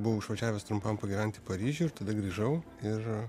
buvau išvažiavęs trumpam pagyventi paryžiuj ir tada grįžau ir